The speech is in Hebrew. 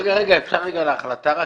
רגע, רגע, אפשר רגע על להחלטה רק.